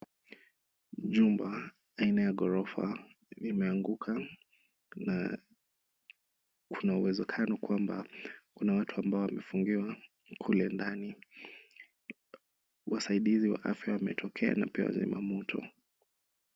Jumba aina ya ghorofa limeanguka na kuna uwezekano kwamba kuna watu ambao wamefungiwa kule ndani. Wasaidizi wa afya wametokea na pia wazima moto.